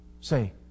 say